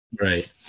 Right